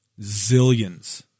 zillions